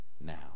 now